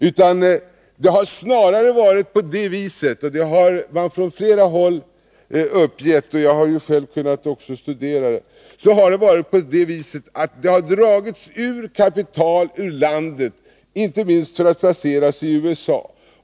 Som man har uppgett från flera håll — jag har också själv kunnat studera det — så har det snarare dragits pengar ur landet, inte minst för att placeras i USA.